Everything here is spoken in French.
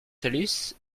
talus